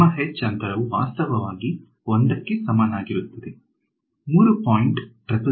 ನಿಮ್ಮ h ಅಂತರವು ವಾಸ್ತವವಾಗಿ 1 ಕ್ಕೆ ಸಮನಾಗಿರುತ್ತದೆ